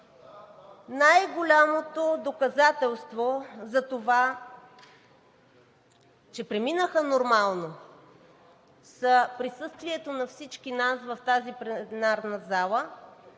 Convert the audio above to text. Най-голямото доказателство за това, че преминаха нормално, са присъствието на всички нас в тази пленарна зала